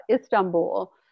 Istanbul